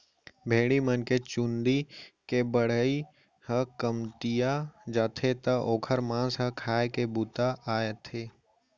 भेड़ी मन के चूंदी के बढ़ई ह कमतिया जाथे त ओकर मांस ह खाए के बूता आथे